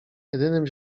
jedynym